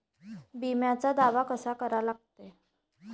बिम्याचा दावा कसा करा लागते?